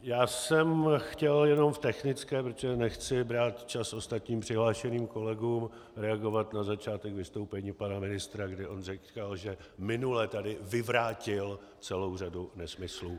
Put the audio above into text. Já jsem chtěl jenom v technické, protože nechci brát čas ostatním přihlášeným kolegům, reagovat na začátek vystoupení pana ministra, kdy on říkal, že minule tady vyvrátil celou řadu nesmyslů.